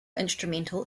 instrumental